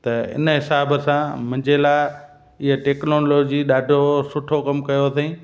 त इन हिसाब सां मुंहिंजे लाइ इहा टेक्नोलॉजी ॾाढो सुठो कमु कयो अथई